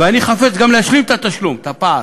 ואני חפץ גם להשלים את התשלום, את הפער,